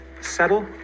settle